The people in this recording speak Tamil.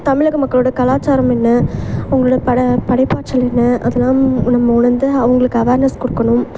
தமிழக மக்களோட கலாச்சாரம் என்ன அவங்களோடைய ப படைப்பாற்றல் என்ன அதெல்லாம் நம்ம உணர்ந்து அவுங்களுக்கு அவேர்னஸ் கொடுக்கணும்